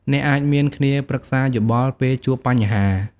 អ្នកអាច មានគ្នាប្រឹក្សាយោបល់ ពេលជួបបញ្ហា។